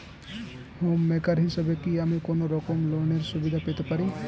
Home maker হিসেবে কি আমি কোনো রকম লোনের সুবিধা পেতে পারি?